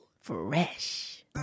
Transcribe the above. fresh